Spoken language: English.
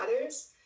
others